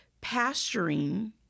pasturing